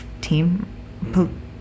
team